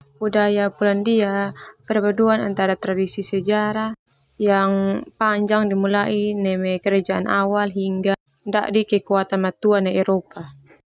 Budaya Polandia perpaduan antara tradisi sejarah yang panjang dimulai neme kerajaan awal hingga dadi kekuatan matua nai Eropa.